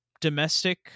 domestic